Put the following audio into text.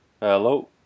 Hello